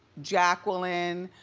jacqueline,